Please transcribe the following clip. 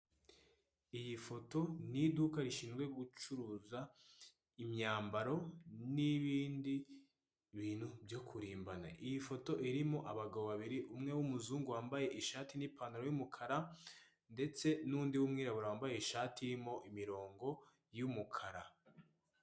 Iyi foto ni iduka rishinzwe gucuruza imyambaro n'ibindi bintu byo kurimbana. Iyi foto irimo abagabo babiri, umwe w'umuzungu wambaye ishati n'ipantaro y'umukara ndetse n'undi w'umwirabura wambaye ishati irimo imirongo y'umukara.